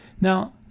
Now